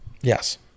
Yes